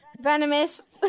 venomous